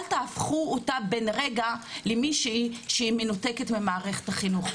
אל תהפכו אותה בין רגע למישהי שהיא מנותקת ממערכת החינוך,